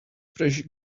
fresh